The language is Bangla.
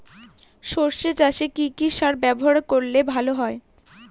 সর্ষে চাসে কি কি সার ব্যবহার করলে ভালো হয়?